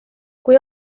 kui